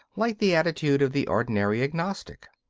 like the attitude of the ordinary agnostic.